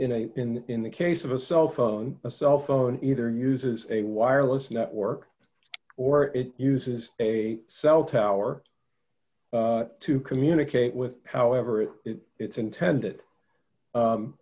in a in in the case of a cell phone a cell phone either uses a wireless network or it uses a cell tower to communicate with however it its intended